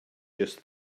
just